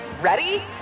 Ready